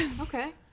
Okay